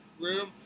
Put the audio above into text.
room